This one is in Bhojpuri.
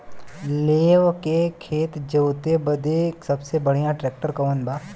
लेव के खेत जोते बदे सबसे बढ़ियां ट्रैक्टर कवन बा?